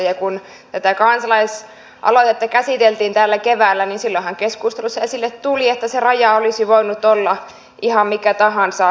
ja kun tätä kansalaisaloitetta käsiteltiin täällä keväällä niin silloinhan keskusteluissa esille tuli että se raja olisi voinut olla ihan mikä tahansa muukin